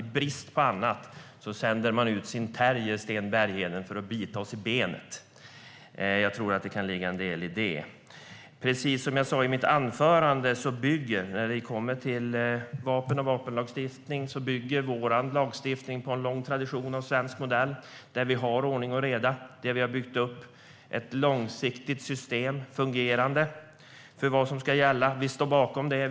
I brist på annat sänder man ut sin terrier Sten Bergheden för att bita oss i benet. Det kan ligga en del i det. Precis som jag sa i mitt anförande bygger vapenlagstiftningen på en lång tradition av svensk modell med ordning och reda. Det har byggts upp ett långsiktigt fungerande system. Vi står bakom det.